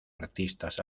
artistas